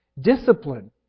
Discipline